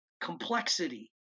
complexity